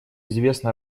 известно